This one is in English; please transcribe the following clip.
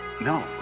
no